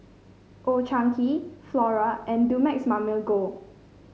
Old Chang Kee Flora and Dumex Mamil Gold